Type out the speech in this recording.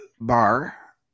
bar